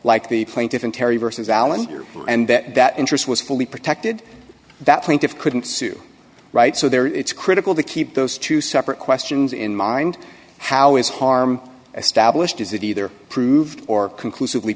allen and that that interest was fully protected that plaintiffs couldn't sue right so there it's critical to keep those two separate questions in mind how is harm established is it either prove or conclusively